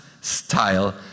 style